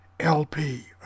LP